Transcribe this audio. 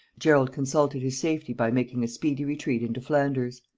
gerald consulted his safety by making a speedy retreat into flanders.